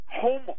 Home